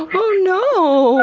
oh no!